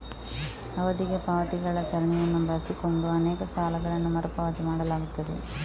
ಅವಧಿಗೆ ಪಾವತಿಗಳ ಸರಣಿಯನ್ನು ಬಳಸಿಕೊಂಡು ಅನೇಕ ಸಾಲಗಳನ್ನು ಮರು ಪಾವತಿ ಮಾಡಲಾಗುತ್ತದೆ